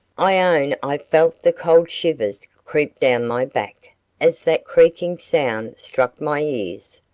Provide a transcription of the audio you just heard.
i own i felt the cold shivers creep down my back as that creaking sound struck my ears,